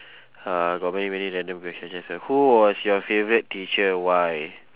uh got many many random question just wait who was your favourite teacher why